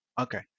okay